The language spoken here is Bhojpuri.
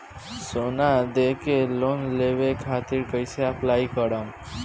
सोना देके लोन लेवे खातिर कैसे अप्लाई करम?